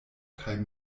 kaj